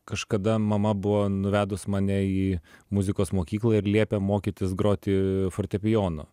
kažkada mama buvo nuvedus mane į muzikos mokyklą ir liepė mokytis groti fortepijonu